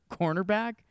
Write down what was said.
cornerback